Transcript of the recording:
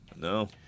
no